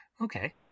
okay